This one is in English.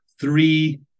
three